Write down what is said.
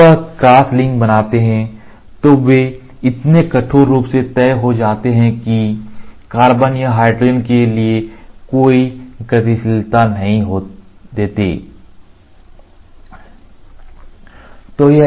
जब वह cross link बनाते हैं तो वे इतने कठोर रूप से तय हो जाते हैं कि वे कार्बन या हाइड्रोजन के लिए कोई गतिशीलता नहीं देते हैं